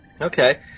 Okay